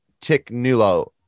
Ticknulo